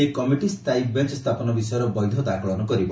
ଏହି କମିଟି ସ୍ତାୟୀ ବେଞ୍ ସ୍ତାପନ ବିଷୟର ବୈଧତା ଆକଳନ କରିବ